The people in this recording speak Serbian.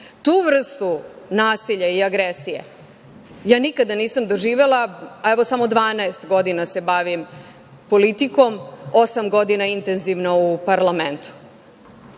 vrstu nasilja i agresije ja nikada nisam doživela, a evo samo 12 godina se bavim politikom, osam godina intenzivno u parlamentu.